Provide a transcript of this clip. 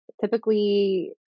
typically